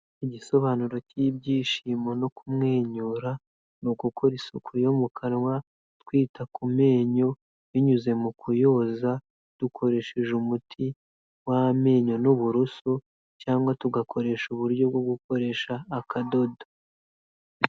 Igisobanuro cy'ibyishimo no kumwenyura, ni ugukora isuku yo mu kanwa, twita ku menyo binyuze mu kuyoza, dukoresheje umuti w'amenyo n'uburoso cyangwa tugakoresha uburyo bwo gukoresha akadodo.